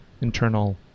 internal